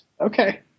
Okay